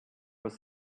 was